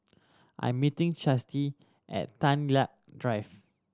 I'm meeting Chasity at Tan Lia Drive